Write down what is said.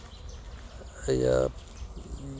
ᱤᱭᱟᱹ